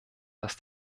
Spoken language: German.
dass